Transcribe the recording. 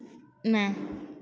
ନା